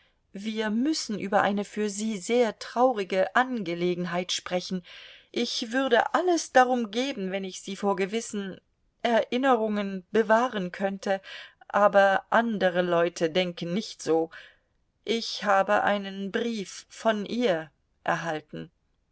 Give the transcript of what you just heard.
wir müssen über eine für sie sehr traurige angelegenheit sprechen ich würde alles darum geben wenn ich sie vor gewissen erinnerungen bewahren könnte aber andere leute denken nicht so ich habe einen brief von ihr erhalten